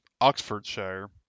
Oxfordshire